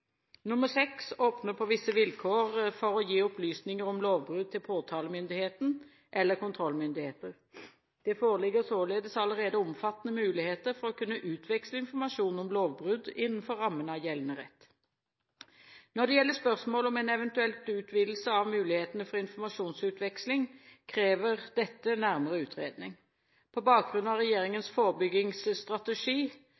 åpner på visse vilkår for å gi opplysninger om lovbrudd til påtalemyndigheten eller kontrollmyndigheter. Det foreligger således allerede omfattende muligheter for å kunne utveksle informasjon om lovbrudd innenfor rammene av gjeldende rett. Når det gjelder spørsmålet om en eventuell utvidelse av mulighetene for informasjonsutveksling, krever dette nærmere utredning. På bakgrunn av